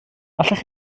allech